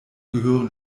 gehören